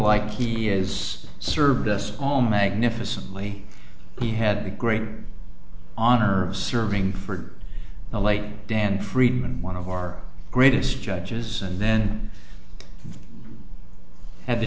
like he is served us all magnificently he had the great honor of serving for the late dan friedman one of our greatest judges and then had the